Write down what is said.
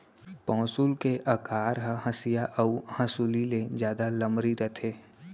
पौंसुल के अकार ह हँसिया अउ हँसुली ले जादा लमरी रथे